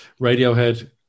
Radiohead